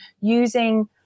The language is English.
using